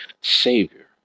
Savior